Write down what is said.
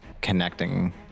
connecting